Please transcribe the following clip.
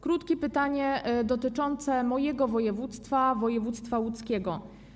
Krótkie pytanie dotyczące mojego województwa, województwa łódzkiego.